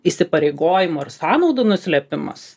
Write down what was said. įsipareigojimų ar sąnaudų nuslėpimas